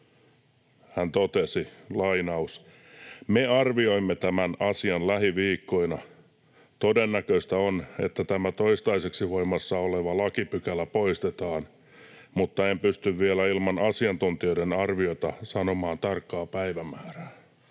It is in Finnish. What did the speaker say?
Hän totesi: ”Me arvioimme tämän asian lähiviikkoina. Todennäköistä on, että tämä toistaiseksi voimassa oleva lakipykälä poistetaan, mutta en pysty vielä ilman asiantuntijoiden arviota sanomaan tarkkaa päivämäärää.”